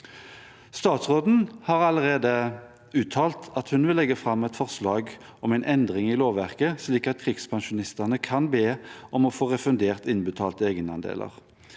Statsråden har allerede uttalt at hun vil legge fram et forslag om en endring i lovverket, slik at krigspensjonister kan be om å få refundert innbetalte egenandeler.